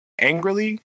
angrily